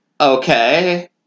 Okay